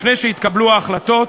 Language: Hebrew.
לפני שהתקבלו ההחלטות,